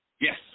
Yes